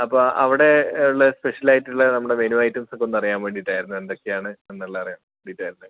അപ്പോൾ അവിടെ ഉള്ള സ്പെഷ്യൽ ആയിട്ടുള്ള നമ്മുടെ മെനു ഐറ്റംസ് ഒക്കെ ഒന്ന് അറിയാൻ വേണ്ടിയിട്ടായിരുന്നു എന്തൊക്കെയാണെന്നുള്ളത് അറിയാൻ വേണ്ടിയിട്ടായിരുന്നു